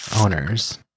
owners